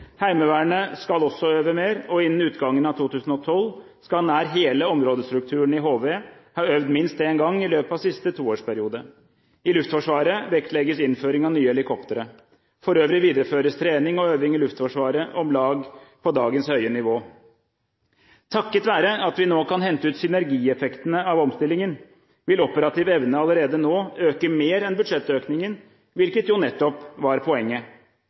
Heimevernet skal også øve mer, og innen utgangen av 2012 skal nær hele områdestrukturen i HV ha øvd minst én gang i løpet av siste toårsperiode. I Luftforsvaret vektlegges innføring av nye helikoptre. For øvrig videreføres trening og øving i Luftforsvaret om lag på dagens høye nivå. Takket være at vi nå kan hente ut synergieffektene av omstillingen, vil operativ evne allerede nå øke mer enn budsjettøkningen, hvilket jo nettopp var poenget.